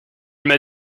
m’a